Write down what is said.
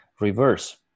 reverse